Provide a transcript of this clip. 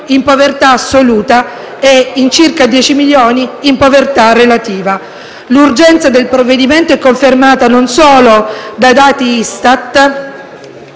in povertà assoluta e in circa 10 milioni in povertà relativa). L'urgenza del provvedimento è confermata non solo dai dati ISTAT,